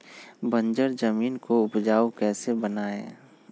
बंजर जमीन को उपजाऊ कैसे बनाय?